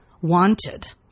Wanted